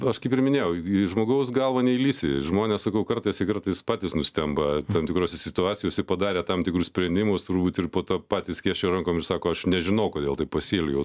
aš kaip ir minėjau į žmogaus galvą neįlįsi žmonės sakau kartais jie kartais patys nustemba tam tikrose situacijose padarę tam tikrus sprendimus turbūt ir po to patys skėsčioja rankom ir sako aš nežinau kodėl taip pasielgiau